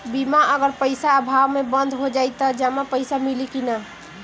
बीमा अगर पइसा अभाव में बंद हो जाई त जमा पइसा मिली कि न?